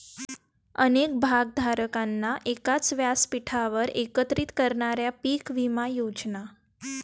अनेक भागधारकांना एकाच व्यासपीठावर एकत्रित करणाऱ्या पीक विमा योजना